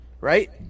right